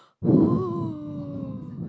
!whoo!